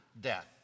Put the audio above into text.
death